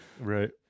right